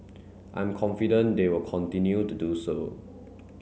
I'm confident they will continue to do so